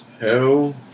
Hell